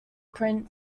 print